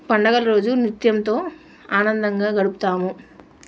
పండగల రోజు నృత్యంతో ఆనందంగా గడుపుతాము